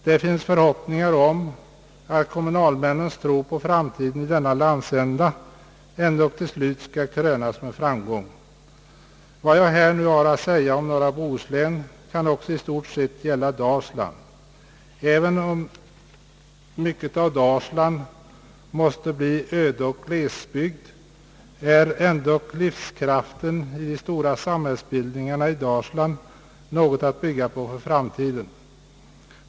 Det finns förhoppningar om att kommunalmännens tro på framtiden i denna landsända ändå till slut skall krönas med framgång. Vad jag i detta sammanhang har att anföra om norra Bohuslän kan också i stort sett gälla Dalsland. Även om mycket av Dalsland måste bli ödeoch glesbygd, är ändock livskraften i de stora samhällsbildningarna i Dalsland något att bygga på för framtiden.